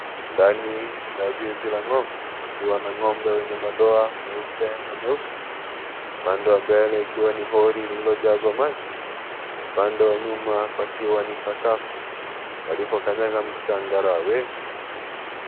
Ndani ya zizi la ng'ombe wakiwa na ng'ombe wenye madoa meupe na nyeusi upande wa mbele ikiwa ni hori lililojazwa maji na upande wa nyuma pakiwa na sakafu. Waliokanyaga ni changarawe.